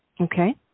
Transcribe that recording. Okay